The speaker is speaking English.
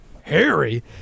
Harry